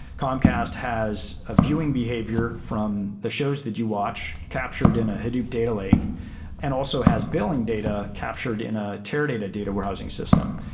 comcast has a viewing behavior from the shows that you watch captured in a hadoop data lake and also has billing data captured in a teradata data warehousing system.